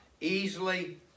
easily